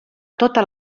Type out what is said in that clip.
totes